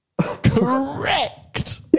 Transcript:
correct